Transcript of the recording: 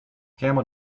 camel